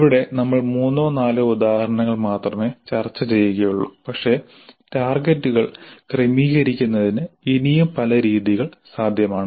ഇവിടെ നമ്മൾ മൂന്നോ നാലോ ഉദാഹരണങ്ങൾ മാത്രമേ ചർച്ചചെയ്യുകയുള്ളൂ പക്ഷേ ടാർഗെറ്റുകൾ ക്രമീകരിക്കുന്നതിന് ഇനിയും പല രീതികൾ സാധ്യമാണ്